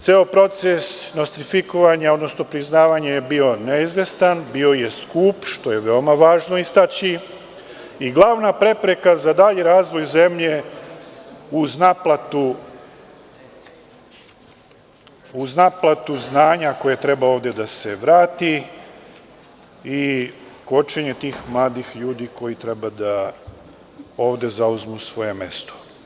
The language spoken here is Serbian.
Ceo proces nostrifikovanja, odnosno priznavanja je bio neizvestan, bio je skup, što je veoma važno istaći i glavna prepreka za dalji razvoj zemlje, uz naplatu znanja koje treba ovde da se vrati i kočenja tih mladih ljudi koji treba da ovde zauzmu svoje mesto.